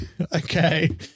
Okay